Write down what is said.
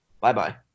Bye-bye